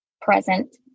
present